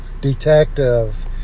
detective